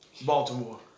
Baltimore